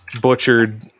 butchered